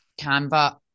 Canva